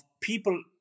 people